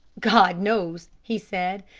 god knows, he said.